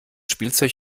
spielzeug